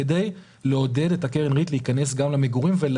כמו